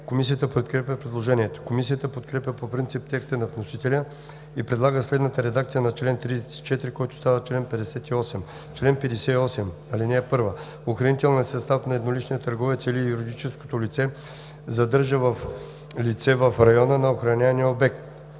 Комисията подкрепя предложението. Комисията подкрепя по принцип текста на вносителя и предлага следната редакция на чл. 34, който става чл. 58: „Чл. 58. (1) Охранителният състав на едноличния търговец или юридическото лице задържа лице в района на охранявания обект: